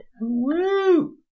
Woo